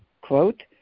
quote